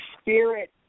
spirit